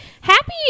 Happy